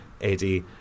Eddie